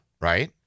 right